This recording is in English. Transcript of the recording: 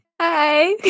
Hi